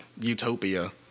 utopia